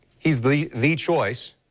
he's the the choice,